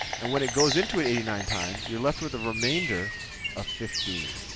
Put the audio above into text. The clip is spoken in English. and when it goes into it eighty nine times, you're left with a remainder of fifteen.